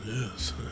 yes